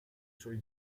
suoi